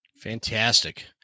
Fantastic